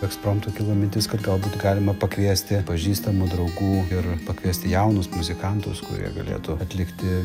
ekspromtu kilo mintis kad galbūt galima pakviesti pažįstamų draugų ir pakviesti jaunus muzikantus kurie galėtų atlikti